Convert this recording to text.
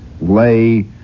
lay